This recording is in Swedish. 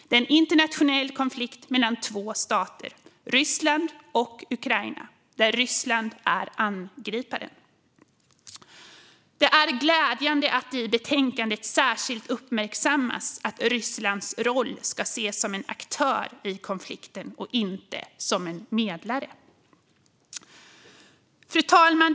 Det är en internationell konflikt mellan två stater, Ryssland och Ukraina, där Ryssland är angripare. Det är glädjande att det i betänkandet särskilt uppmärksammas att Rysslands roll ska ses som en aktör i konflikten och inte som en medlare. Fru talman!